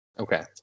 Okay